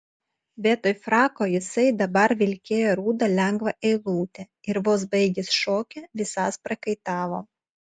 vietoj frako jisai dabar vilkėjo rudą lengvą eilutę ir vos baigęs šokį visas prakaitavo